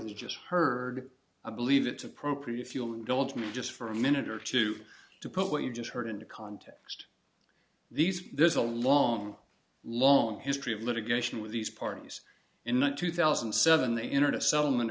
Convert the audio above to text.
and you just heard i believe it's appropriate if you'll indulge me just for a minute or two to put what you just heard into context these there's a long long history of litigation with these parties in the two thousand and seven they entered a settlement